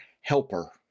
helper